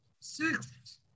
six